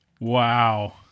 Wow